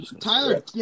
Tyler